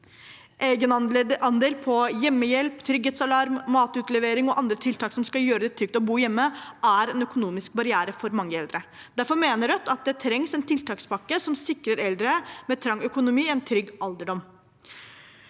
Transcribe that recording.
Egenandel på hjemmehjelp, trygghetsalarm, matutlevering og andre tiltak som skal gjøre det trygt å bo hjemme, er en økonomisk barriere for mange eldre. Derfor mener Rødt at det trengs en tiltakspakke som sikrer eldre med trang økonomi en trygg alderdom.